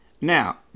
Now